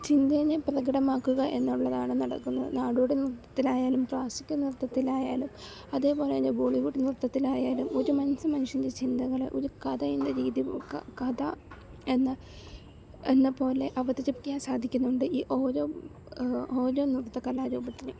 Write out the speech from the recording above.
ചിന്തയെ പ്രകടമാക്കുക എന്നുള്ളതാണ് നടക്കുന്നത് നാടോടി നൃത്തത്തിലായാലും ക്ലാസ്സിക്കൽ നൃത്തത്തിലായാലും അതേപോലെ തന്നെ ബോളിവുഡ് നൃത്തത്തിലായാലും ഒരു മനുഷ്യമനസ്സിൻ്റെ ചിന്തകളെ ഒരു കഥയെന്ന രീതിയിൽ കഥ എന്ന എന്നപോലെ അവതരിപ്പിക്കാൻ സാധിക്കുന്നുണ്ട് ഈ ഓരോ ഓരോ നൃത്തകലാരൂപത്തിന്